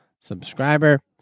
subscriber